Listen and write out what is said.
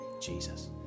Jesus